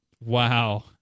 Wow